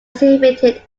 exhibited